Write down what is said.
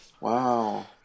Wow